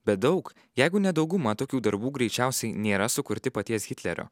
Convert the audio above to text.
bet daug jeigu ne dauguma tokių darbų greičiausiai nėra sukurti paties hitlerio